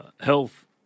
health